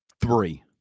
Three